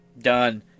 done